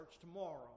tomorrow